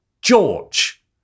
George